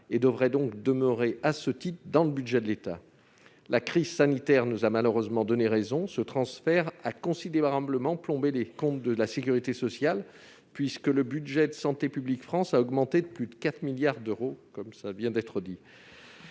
devait demeurer à ce titre dans le budget de l'État. La crise sanitaire nous a malheureusement donné raison : ce transfert a considérablement plombé les comptes de la sécurité sociale, puisque le budget de Santé publique France a augmenté de plus de 4 milliards d'euros. Plutôt que d'accepter